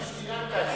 גם השתייה עלתה אצלך.